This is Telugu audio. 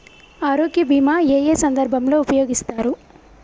ఆరోగ్య బీమా ఏ ఏ సందర్భంలో ఉపయోగిస్తారు?